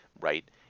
right